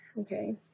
okay